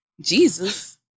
Jesus